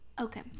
okay